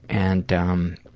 and um